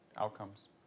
outcomes